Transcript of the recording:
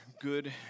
good